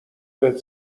بهت